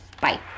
Bye